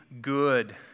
good